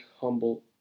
humble